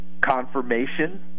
confirmation